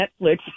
Netflix